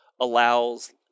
allows